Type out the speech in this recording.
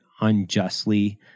unjustly